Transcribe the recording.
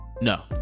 no